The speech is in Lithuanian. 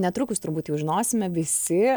netrukus turbūt jau žinosime visi